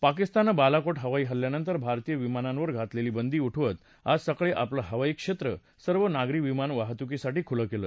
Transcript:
पाकिस्ताननं बालाकोट हवाई हल्ल्यानंतर भारतीय विमानांवर घातलेली बंदी उठवत आज सकाळी आपलं हवाई क्षेत्र सर्व नागरी विमान वाहतुकीसाठी खुलं केलं